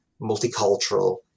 multicultural